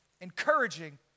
encouraging